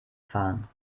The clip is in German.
fahren